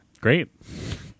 Great